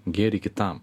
gėrį kitam